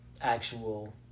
actual